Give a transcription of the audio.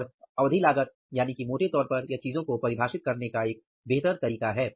और अवधी लागत यानी कि मोटे तौर पर यह चीजों को परिभाषित करने का एक बेहतर तरीका है